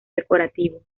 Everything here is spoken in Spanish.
decorativo